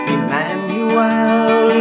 Emmanuel